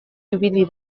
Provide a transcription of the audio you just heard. ibili